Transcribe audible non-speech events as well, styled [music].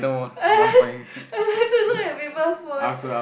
[laughs] I I like to look at people phone